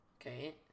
Okay